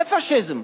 זה פאשיזם.